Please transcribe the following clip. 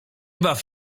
baw